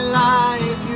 life